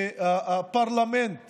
הפרלמנט